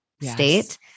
state